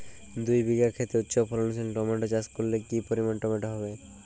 দুই বিঘা খেতে উচ্চফলনশীল টমেটো চাষ করলে কি পরিমাণ টমেটো হবে?